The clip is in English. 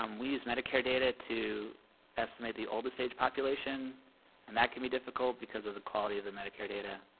um we use medicare data to estimate the oldest age population and that could be difficult because of the quality of the medicare data